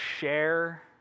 share